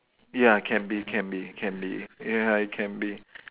ya can be can be can be ya it can be